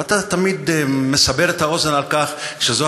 ואתה תמיד מסבר את האוזן על כך שזו